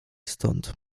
stąd